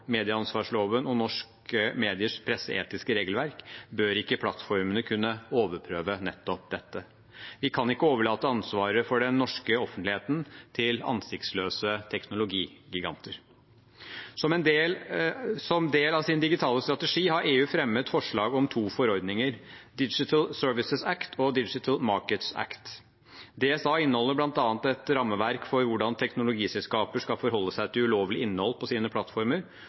medieansvarsloven og norske mediers presseetiske regelverk, bør ikke plattformene kunne overprøve nettopp dette. Vi kan ikke overlate ansvaret for den norske offentligheten til ansiktsløse teknologigiganter. Som del av sin digitale strategi har EU fremmet forslag om to forordninger: Digital Services Act og Digital Markets Act. DSA inneholder bl.a. et rammeverk for hvordan teknologiselskaper skal forholde seg til ulovlig innhold på sine plattformer,